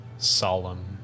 Solemn